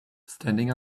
standing